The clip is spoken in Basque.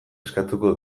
eskatuko